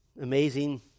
amazing